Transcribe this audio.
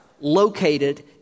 located